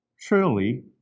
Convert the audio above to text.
truly